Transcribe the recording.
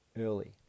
early